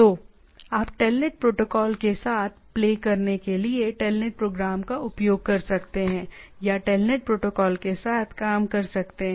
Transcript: तो आप telnet protocol के साथ प्ले करने के लिए टेलनेट प्रोग्राम का उपयोग कर सकते हैं या टेलनेट प्रोटोकॉल के साथ काम कर सकते हैं